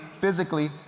physically